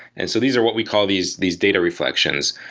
and so these are what we call these these data reflections.